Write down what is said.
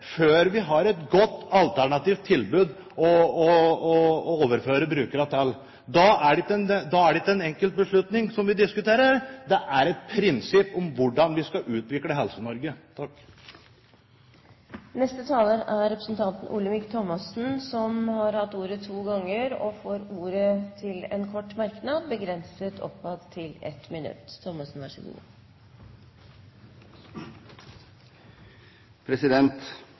før vi har et godt alternativt tilbud å overføre brukerne til. Da er det ikke en enkeltbeslutning som vi diskuterer, det er et prinsipp om hvordan vi skal utvikle Helse-Norge. Representanten Olemic Thommessen har hatt ordet to ganger tidligere og får ordet til en kort merknad, begrenset til 1 minutt.